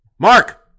Mark